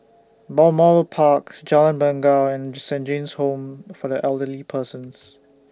Balmoral Park Jalan Bangau and Saint John's Home For The Elderly Persons